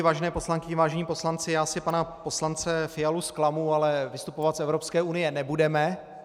Vážené poslankyně, vážení poslanci, já asi pana poslance Fialu zklamu, ale vystupovat z Evropské unie nebudeme.